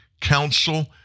council